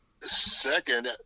second